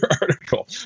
article